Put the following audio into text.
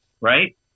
right